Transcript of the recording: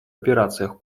операциях